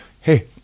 hey